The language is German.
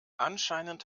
anscheinend